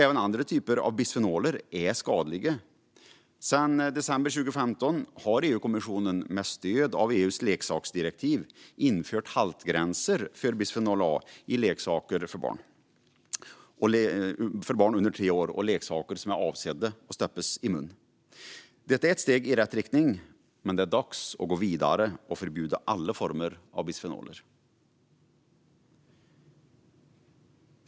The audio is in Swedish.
Även andra typer av bisfenoler är skadliga. Sedan december 2015 har EU-kommissionen, med stöd av EU:s leksaksdirektiv, infört haltgränser för bisfenol A i leksaker för barn under tre år och leksaker som är avsedda att stoppas i munnen. Det är ett steg i rätt riktning, men det är dags att gå vidare och förbjuda alla former av bisfenol.